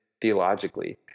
theologically